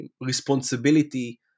responsibility